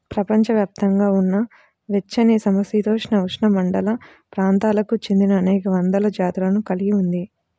ప్రపంచవ్యాప్తంగా ఉన్న వెచ్చనిసమశీతోష్ణ, ఉపఉష్ణమండల ప్రాంతాలకు చెందినఅనేక వందల జాతులను కలిగి ఉంది